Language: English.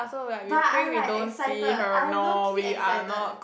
but I'm like excited I am low key excited